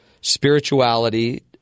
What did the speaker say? spirituality